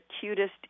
cutest